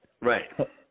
right